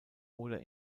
oder